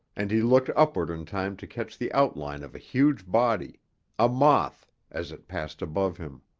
and he looked upward in time to catch the outline of a huge body a moth as it passed above him.